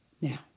Now